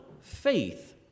faith